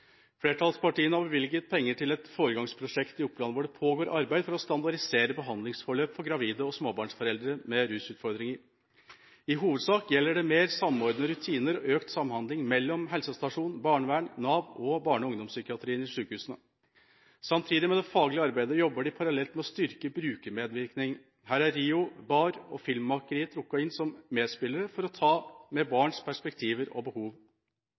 Flertallspartiene har bevilget penger til et foregangsprosjekt i Oppland, hvor det pågår arbeid for å standardisere behandlingsforløpet for gravide og småbarnsforeldre med rusutfordringer. I hovedsak gjelder det mer samordnede rutiner og økt samhandling mellom helsestasjon, barnevern, Nav og barne- og ungdomspsykiatrien i sykehusene. Samtidig med det faglige arbeidet jobber de parallelt med å styrke brukermedvirkning. Her er RlO, BAR og Filmmakeriet trukket inn som medspillere for å ta med barns perspektiver og behov.